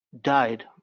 died